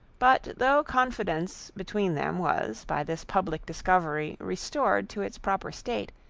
but though confidence between them was, by this public discovery, restored to its proper state,